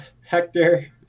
Hector